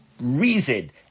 reason